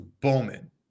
Bowman